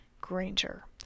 Granger